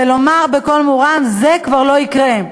ולומר בקול רם: זה כבר לא יקרה.